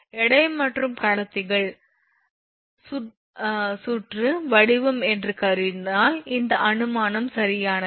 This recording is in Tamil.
எடை மற்றும் கடத்திகள் சுற்று வடிவம் என்று கருதினால் இந்த அனுமானம் சரியானது